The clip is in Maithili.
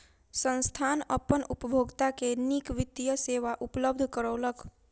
संस्थान अपन उपभोगता के नीक वित्तीय सेवा उपलब्ध करौलक